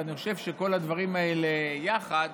אז אני חושב שכל הדברים האלה יחד